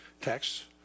texts